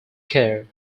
kerr